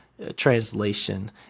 translation